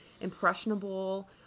impressionable